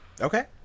Okay